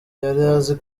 yarazi